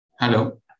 hello